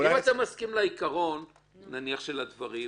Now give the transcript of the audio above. אבל אולי --- אם אתה מסכים לעיקרון של הדברים,